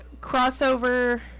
crossover